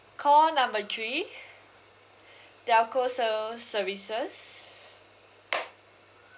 call number three telco serv~ services